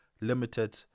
limited